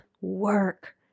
work